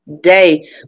day